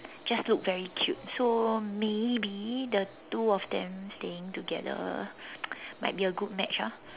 just look very cute so maybe the two of them staying together might be a good match ah